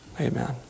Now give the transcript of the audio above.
amen